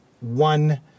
one